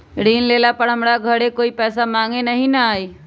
ऋण लेला पर हमरा घरे कोई पैसा मांगे नहीं न आई?